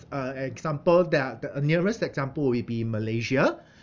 uh example that uh the uh nearest example would be malaysia